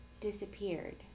disappeared